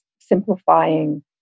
simplifying